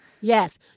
Yes